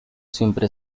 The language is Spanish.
siempre